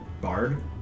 bard